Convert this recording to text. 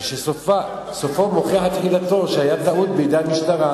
שסופה מוכיח תחילתה שהיתה טעות בידי המשטרה,